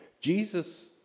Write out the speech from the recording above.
Jesus